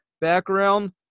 background